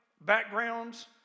backgrounds